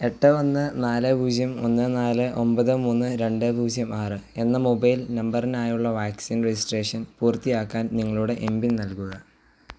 എട്ട് ഒന്ന് നാല് പൂജ്യം ഒന്ന് നാല് ഒൻപത് മൂന്ന് രണ്ട് പൂജ്യം ആറ് എന്ന മൊബൈൽ നമ്പറിനായുള്ള വാക്സിൻ രെജിസ്ട്രേഷൻ പൂർത്തിയാക്കാൻ നിങ്ങളുടെ എം പിൻ നൽകുക